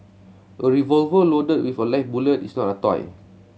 a revolver loaded with a live bullet is not a toy